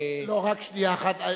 לא, רק שנייה אחת.